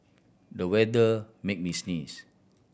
the weather made me sneeze